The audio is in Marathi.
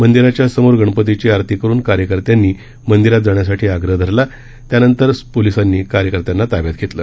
मंदिराच्या समोर गणपतीची आरती करून कार्यकर्त्यांनी मंदिरात जाण्यासाठी आग्रह धरला त्यानंतर पोलिसांनी कार्यकर्त्यांना ताब्यात घेतलं